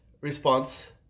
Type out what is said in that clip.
response